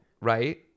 Right